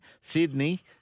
Sydney